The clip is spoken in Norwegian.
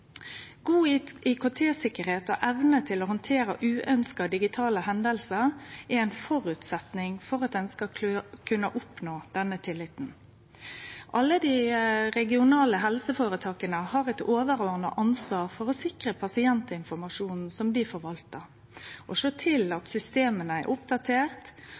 God IKT-sikkerheit og evne til å handtere uønskte digitale hendingar er ein føresetnad for at ein skal kunne oppnå denne tilliten. Alle dei regionale helseføretaka har eit overordna ansvar for å sikre pasientinformasjonen som dei forvaltar og sjå til at systema er